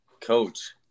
coach